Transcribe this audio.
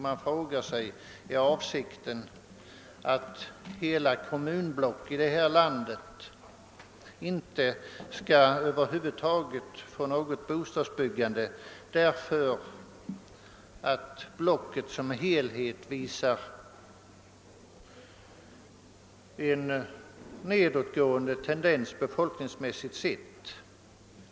Man frågar sig därför, om statsrådets avsikt är att hela kommunblock i detta land skall försättas i den situationen att det inte blir något bostadsbyggande där, därför att blocket som helhet visar en nedåtgående tendens befolkningsmässigt sett.